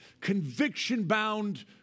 conviction-bound